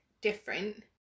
different